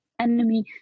enemy